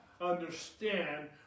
understand